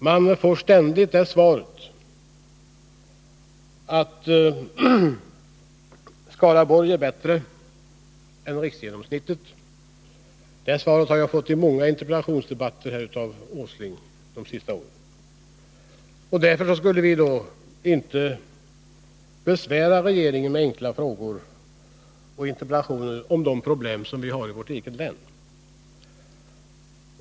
Man får ständigt det svaret att Skaraborgs län ligger bättre till än riksgenomsnittet. Det svaret har jag fått av Nils Åsling i många interpellationsdebatter under de senaste åren. Därför borde vi inte besvära regeringen med frågor och interpellationer om de problem som vi har.